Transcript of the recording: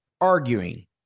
arguing